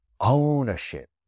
ownership